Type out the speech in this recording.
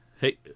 Hey